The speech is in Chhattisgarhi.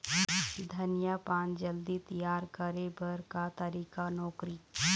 धनिया पान जल्दी तियार करे बर का तरीका नोकरी?